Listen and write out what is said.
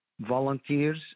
volunteers